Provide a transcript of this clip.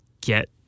get